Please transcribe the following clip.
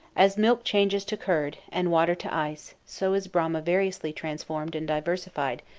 as milk changes to curd, and water to ice, so is brahma variously transformed and diversified,